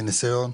מניסיון,